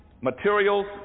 materials